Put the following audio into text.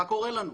מה קורה לנו?